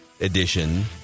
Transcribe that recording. edition